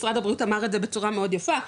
משרד הבריאות אמר את זה בצורה מאוד יפה,